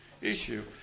issue